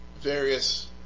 various